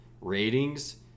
ratings